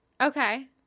Okay